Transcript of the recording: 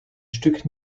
stück